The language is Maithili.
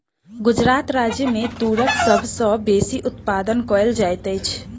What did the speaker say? गुजरात राज्य मे तूरक सभ सॅ बेसी उत्पादन कयल जाइत अछि